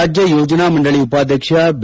ರಾಜ್ಯ ಯೋಜನಾ ಮಂಡಳಿ ಉಪಾಧ್ಯಕ್ಷ ಬಿ